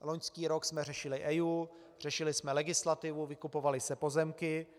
Loňský rok jsme řešili EIA, řešili jsme legislativu, vykupovaly se pozemky.